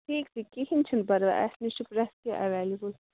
ٹھیٖک چھُ کِہیٖنۍ چھُنہٕ پرواے اَسہِ نِش چھُ پرٛتھ کیٚنٛہہ ایٚویلیبُل